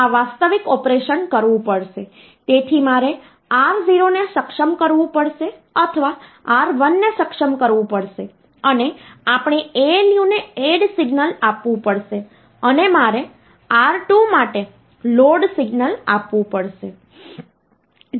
તેથી મારે R0 ને સક્ષમ કરવું પડશે અથવા R1 ને સક્ષમ કરવું પડશે અને આપણે ALU ને એડ સિગ્નલ આપવું પડશે અને મારે R2 માટે લોડ સિગ્નલ આપવું પડશે